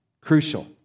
crucial